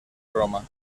roma